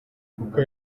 kuko